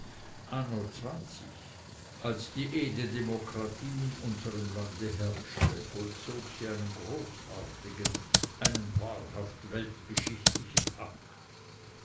zwanzig als die edle demokratie in unserem lande herrschte vollzog sie einen großartigen einen wahrhaft weltgeschichtlichen akt